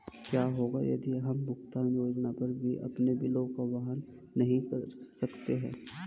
क्या होगा यदि हम भुगतान योजना पर भी अपने बिलों को वहन नहीं कर सकते हैं?